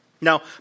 Now